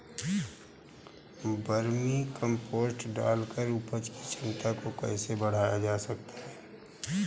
Vermi compost डालकर उपज की क्षमता को कैसे बढ़ाया जा सकता है?